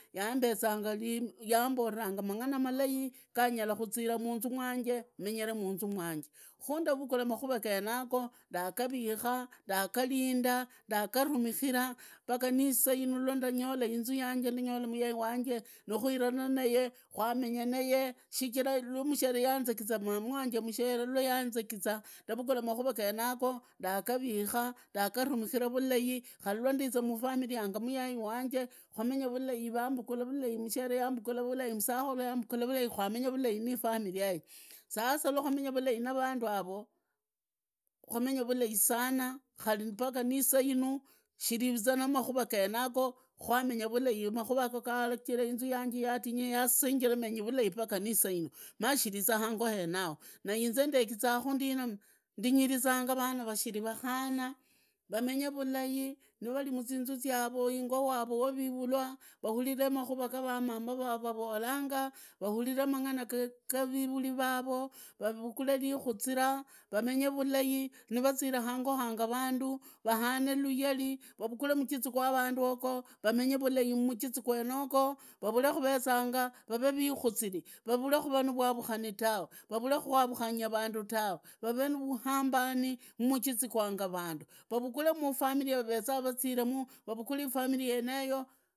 Yambezanga, yamboranga mangana malai ganyara kuziraa munzu mwanje menyeremu munzu mwanje, khu ndavukula makuva genago, ndugarika ndaglinda, ndagarumiriira mpaka nisainu ninyoola inzu yanje, ninyola myeru wanje nikuirana naye, mwanaenya naye, shichira lwa mshere yanzemzua, mama wanje mushere lwayanzemza ndarugula mariuva genago, ndagavikaa, ndagarumimira vulai, khari lwandiza mu familia yanga muyai wanje ndamenya vulai wambunula vulai, mushere yambukula vulai musakulu yambukulavula kwamenya vulai niifamilia yey, sasa nalwamenya vulai na vandu yaroo kwamenya vulai sana khari mbariu na isainu shiriza na makhura genago, kwamenya vulai makhura garejera inzu yanje yadinyaa yasinjiraa menyi vulai mbaria isainu, mashirizahango henao na inze ndegizahu ndina ndinyiriza rana rashiki vakhana, ramenyeralai nirari muzinzuu zyavo, ango wavo wivivulwa vahurire makuvaga mamavavo vavolanga, vahulile mang’ana ga rivuli vavo, vavukule rikuzira vulai nirazire hango anga vandu, vahane luyali, vavugulee mugizi gwa vandu yogo vamenye vulai momagizi gwenogo varule kuvezanga, varerikuzirii vavekuraa na vwavuriani tawe, rarule kuavuhanga vandu tawe, varee na vukambani mumugizi gwanga vandu, vavunure mufamili vaveza vaziiremu vavukure ifamilia yeneyo.